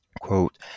Quote